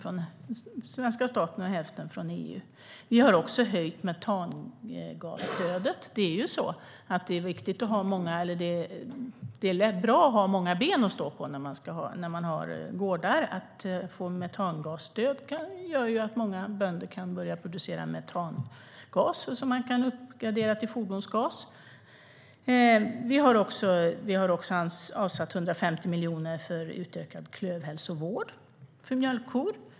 Totalt uppgår stödet till 152 miljoner. Vi har höjt metangasstödet. Det är bra att ha många ben att stå på när man har gårdar. Metangasstödet gör ju att många bönder kan börja producera metangas som kan uppgraderas till fordonsgas. Vi har avsatt 150 miljoner för utökad klövhälsovård för mjölkkor.